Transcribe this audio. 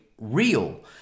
real